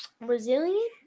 Brazilian